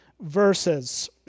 verses